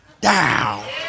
down